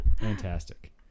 Fantastic